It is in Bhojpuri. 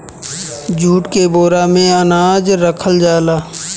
जूट के बोरा में अनाज रखल जाला